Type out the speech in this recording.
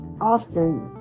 Often